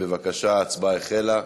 בבקשה, ההצבעה החלה.